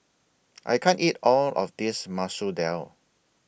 I can't eat All of This Masoor Dal